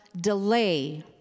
delay